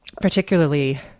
particularly